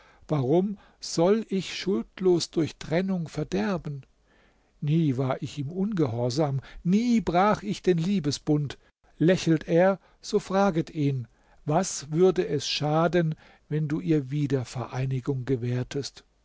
warum soll ich schuldlos durch trennung verderben nie war ich ihm ungehorsam nie brach ich den liebesbund lächelt er so fraget ihn was würde es schaden wenn du ihr wiedervereinigung gewährtest